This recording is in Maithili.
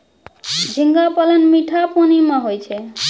झींगा पालन मीठा पानी मे होय छै